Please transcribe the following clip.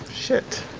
shit.